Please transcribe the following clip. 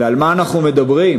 ועל מה אנחנו מדברים?